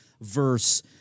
verse